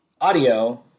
audio